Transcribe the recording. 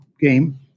game